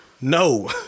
no